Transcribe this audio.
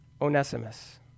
Onesimus